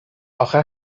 آخه